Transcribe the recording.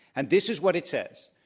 and this is what it says.